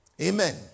Amen